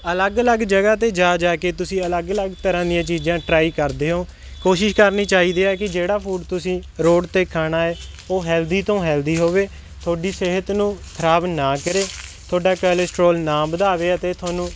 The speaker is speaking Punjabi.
ਅਲੱਗ ਅਲੱਗ ਜਗ੍ਹਾ 'ਤੇ ਜਾ ਜਾ ਕੇ ਤੁਸੀਂ ਅਲੱਗ ਅਲੱਗ ਤਰ੍ਹਾਂ ਦੀਆਂ ਚੀਜ਼ਾਂ ਟਰਾਈ ਕਰਦੇ ਹੋ ਕੋਸ਼ਿਸ਼ ਕਰਨੀ ਚਾਹੀਦੀ ਆ ਕਿ ਜਿਹੜਾ ਫੂਡ ਤੁਸੀਂ ਰੋਡ 'ਤੇ ਖਾਣਾ ਹੈ ਉਹ ਹੈਲਦੀ ਤੋਂ ਹੈਲਦੀ ਹੋਵੇ ਤੁਹਾਡੀ ਸਿਹਤ ਨੂੰ ਖਰਾਬ ਨਾ ਕਰੇ ਤੁਹਾਡਾ ਕੈਲਸਟਰੋਲ ਨਾ ਵਧਾਵੇ ਅਤੇ ਤੁਹਾਨੂੰ